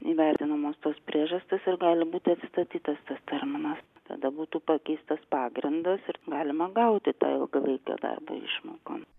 įvertinamos tos priežastys ir gali būti atstatytas tas terminas tada būtų pakeistas pagrindas ir galima gauti tą ilgalaikio darbo išmoką